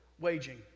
waging